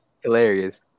hilarious